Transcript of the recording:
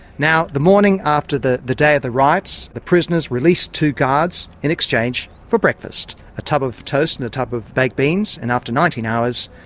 now the morning after the the day of the riots, the prisoners released two guards, in exchange for breakfast, a tub of toast and a tub of baked beans, and after nineteen hours,